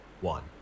one